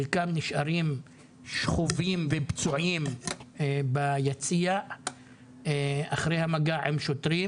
חלקם נשארים שכובים ופצועים ביציע אחרי המגע עם שוטרים.